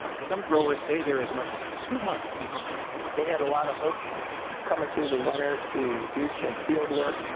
some growers say they're as much as two months behind. they had a lot of hopes coming through the winter to do some field work,